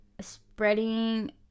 spreading